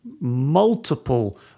multiple